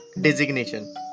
designation